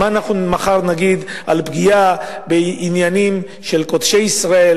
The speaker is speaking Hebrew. מה אנחנו נגיד מחר על פגיעה בעניינים של קודשי ישראל